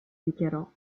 dichiarò